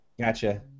Gotcha